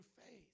faith